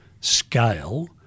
scale